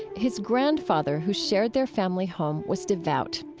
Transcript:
his grandfather, who shared their family home, was devout.